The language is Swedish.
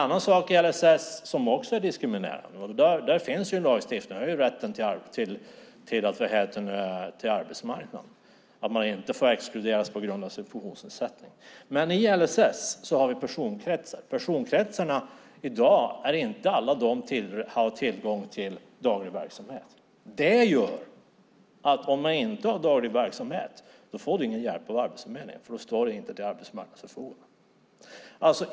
Något annat som också är diskriminerande handlar om tillgången till arbetsmarknaden och att man inte får exkluderas på grund av sin funktionsnedsättning. Där finns redan en lagstiftning. I LSS har vi personkretsar. I dag har inte alla personkretsar tillgång till daglig verksamhet. Om man inte har daglig verksamhet får man ingen hjälp av Arbetsförmedlingen eftersom man inte står till arbetsmarknadens förfogande.